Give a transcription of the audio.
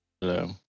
Hello